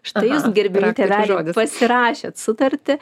štai jūs gerbiami tėveliai pasirašėt sutartį